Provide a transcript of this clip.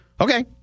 Okay